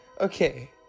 Okay